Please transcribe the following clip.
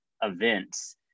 events